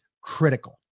critical